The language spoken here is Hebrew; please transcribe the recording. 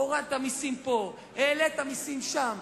הורדת מסים פה והעלית מסים שם,